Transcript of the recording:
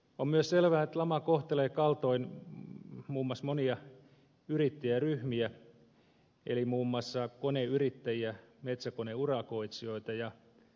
on myös selvää että lama kohtelee kaltoin muun muassa monia yrittäjäryhmiä eli muun muassa koneyrittäjiä metsäkoneurakoitsijoita